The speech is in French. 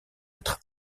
être